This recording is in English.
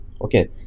Okay